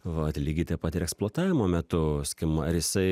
vat lygiai taip pat ir eksploatavimo metu skim ar jisai